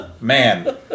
Man